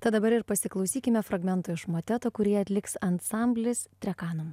tad dabar ir pasiklausykime fragmento iš mateto kurį atliks ansamblis trekanum